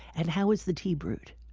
and how is the tea brewed?